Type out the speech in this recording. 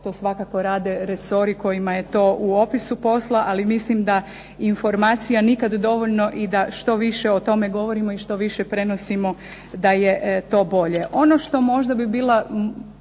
to svakako rade resori kojima je to u opisu posla. Ali mislim da informacija nikad dovoljno i da što više o tome govorimo i što više prenosimo da je to bolje.